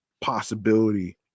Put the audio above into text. possibility